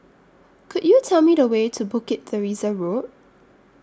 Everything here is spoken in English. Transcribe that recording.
Could YOU Tell Me The Way to Bukit Teresa Road